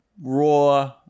raw